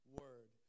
word